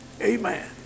Amen